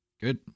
Good